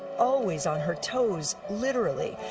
always on her toes, literally.